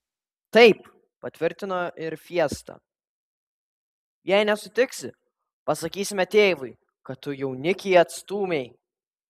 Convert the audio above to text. taip patvirtino ir fiesta jei nesutiksi pasakysime tėvui kad tu jaunikį atstūmei